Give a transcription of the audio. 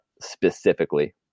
specifically